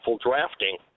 drafting